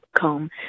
comb